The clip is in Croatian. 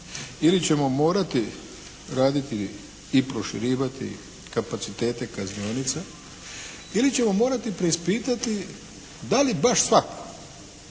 Ili ćemo morati raditi i proširivati kapacitete kaznionica ili ćemo morati preispitati da li baš svako